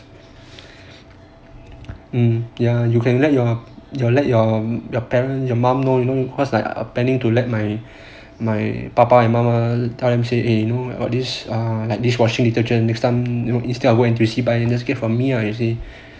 mm ya you can let your you let your your parents your mom know cause like I planning to let my my papa and mama times say eh you know got this err like dishwashing detergent next time instead of going N_T_U_C buy just get from me ah